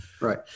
Right